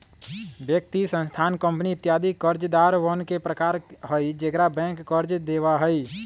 व्यक्ति, संस्थान, कंपनी इत्यादि कर्जदारवन के प्रकार हई जेकरा बैंक कर्ज देवा हई